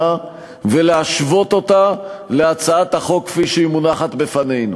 ולהשוות אותה להצעת החוק כפי שהיא מונחת בפנינו.